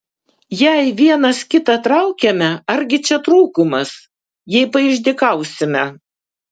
jei vienas kitą traukiame argi čia trūkumas jei paišdykausime